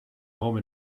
home